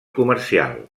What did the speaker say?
comercial